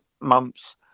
months